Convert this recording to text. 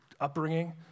upbringing